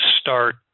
start